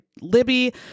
Libby